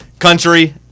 Country